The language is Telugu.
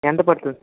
ఎంత పడుతుంది